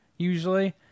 usually